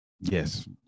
Yes